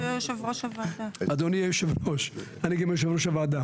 אדוני יושב ראש - אני גם יושב ראש לוועדה